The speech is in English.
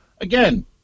again